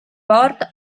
port